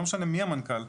לא משנה מי המנכ"ל,